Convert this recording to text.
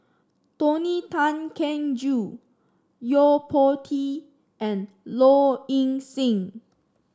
Tony Tan Keng Joo Yo Po Tee and Low Ing Sing